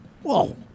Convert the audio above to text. Whoa